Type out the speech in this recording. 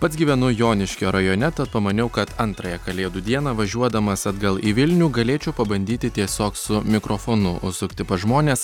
pats gyvenu joniškio rajone tad pamaniau kad antrąją kalėdų dieną važiuodamas atgal į vilnių galėčiau pabandyti tiesiog su mikrofonu užsukti pas žmones